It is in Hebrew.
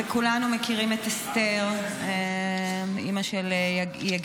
שני שמות של שני חטופים שכבר לא בחיים,